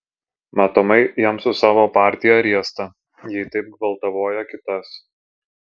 matomai jam su savo partija riesta jei taip gvaltavoja kitas